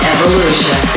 Evolution